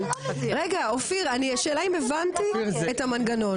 רגע אופיר השאלה אם הבנתי את המנגנון?